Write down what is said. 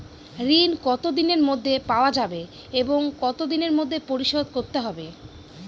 ঋণ কতদিনের মধ্যে পাওয়া যাবে এবং কত দিনের মধ্যে পরিশোধ করতে হবে?